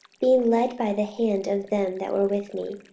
being led by the hand of them that were with me,